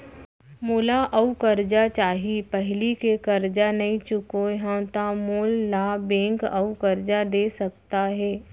मोला अऊ करजा चाही पहिली के करजा नई चुकोय हव त मोल ला बैंक अऊ करजा दे सकता हे?